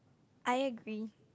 I agree